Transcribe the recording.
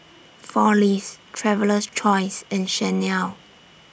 four Leaves Traveler's Choice and Chanel